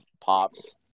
pops